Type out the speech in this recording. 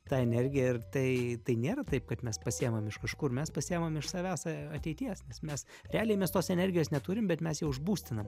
tą energiją ir tai tai nėra taip kad mes pasiėmam iš kažkur mes pasiėmam iš savęs ateities nes mes realiai mes tos energijos neturim bet mes ją užbustinam